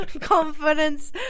Confidence